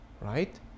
right